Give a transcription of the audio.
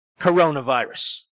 coronavirus